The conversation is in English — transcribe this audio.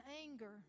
anger